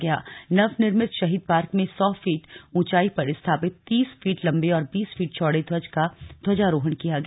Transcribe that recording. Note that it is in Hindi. उत्तरकाशी में नव निर्मित शहीद पार्क में सौ फिट ऊचाई पर स्थापित तीस फीट लम्बे और बीस फीट चौड़े ध्वज का ध्वजारोहण किया गया